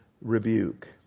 rebuke